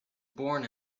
born